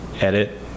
edit